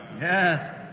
Yes